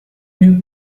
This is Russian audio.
имеют